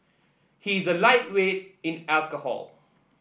he is a lightweight in alcohol